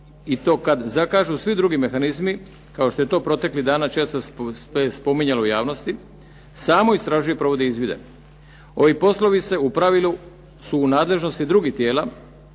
i to kad zakažu svi drugi mehanizmi, kao što je to proteklih dana često se spominjalo u javnosti, samo istražuje i provodi izvide. Ovi poslovi se u pravilu, su u nadležnosti drugih tijela,